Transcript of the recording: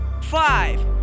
five